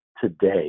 today